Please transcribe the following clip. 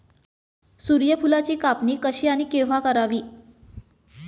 सूर्यफुलाची कापणी कशी आणि केव्हा करावी?